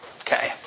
Okay